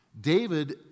David